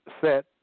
set